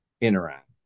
interact